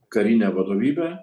karine vadovybe